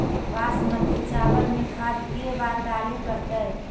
बासमती चावल में खाद के बार डाले पड़तै?